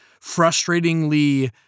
frustratingly